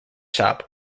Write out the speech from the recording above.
shop